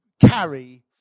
carry